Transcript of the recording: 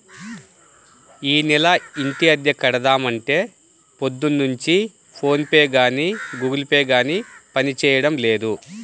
యీ నెల ఇంటద్దె కడదాం అంటే పొద్దున్నుంచి ఫోన్ పే గానీ గుగుల్ పే గానీ పనిజేయడం లేదు